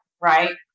right